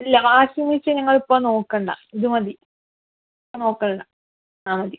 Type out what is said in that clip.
ഇല്ല washing machine ഞങ്ങള് ഇപ്പൊൾ നോക്കണ്ട ഇത് മതി നോക്കണ്ട ആ മതി